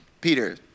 Peter